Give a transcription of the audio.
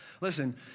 Listen